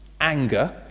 anger